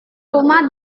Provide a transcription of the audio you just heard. rumah